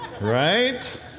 right